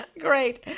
Great